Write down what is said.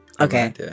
Okay